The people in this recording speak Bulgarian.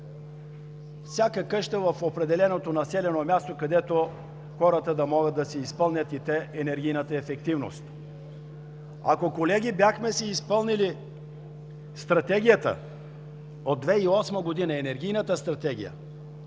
всяка къща в определеното населено място, където хората да могат да си изпълнят енергийната ефективност. Ако, колеги, бяхме си изпълнили Енергийната стратегия